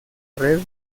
red